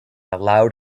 allowed